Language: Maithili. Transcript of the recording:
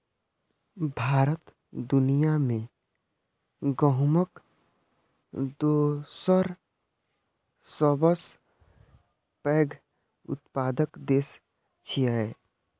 भारत दुनिया मे गहूमक दोसर सबसं पैघ उत्पादक देश छियै